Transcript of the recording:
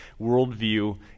worldview